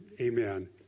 Amen